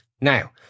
Now